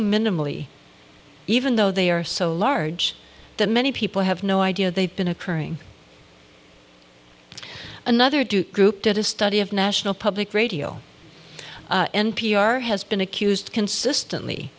minimally even though they are so large that many people have no idea they've been occurring another duke group did a study of national public radio n p r has been accused consistently